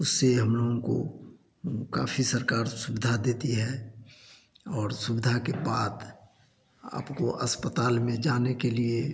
उससे हम लोगों को काफ़ी सरकार सुविधा देती है और सुविधा के बाद आपको अस्पताल में जाने के लिए